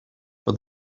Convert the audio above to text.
for